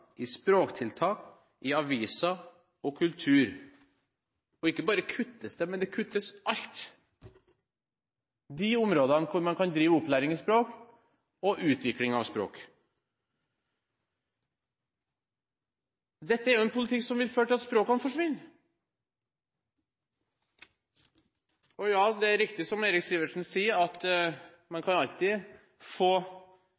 i språktiltak, i aviser og i kultur. Og ikke bare kuttes det, det kuttes alt – på de områdene hvor man kan drive opplæring i språk og utvikling av språk. Dette er jo en politikk som vil føre til at språkene forsvinner. Det er riktig som Eirik Sivertsen sier, at man